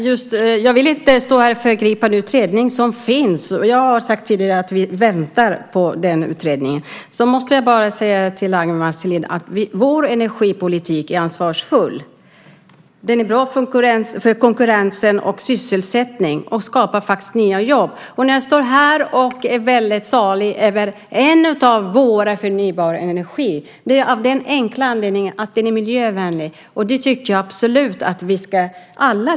Herr talman! Jag vill inte föregripa en utredning som arbetar. Som jag sagt tidigare väntar vi på den utredningen. Låt mig bara säga till Ragnwi Marcelind att vår energipolitik är ansvarsfull. Den är bra för konkurrensen och sysselsättningen, och den skapar faktiskt nya jobb. När jag står här och är salig över en av våra förnybara energikällor är det av den enkla anledningen att den är miljövänlig. Det tycker jag absolut att vi alla borde tycka.